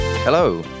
Hello